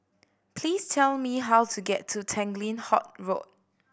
please tell me how to get to Tanglin Halt Road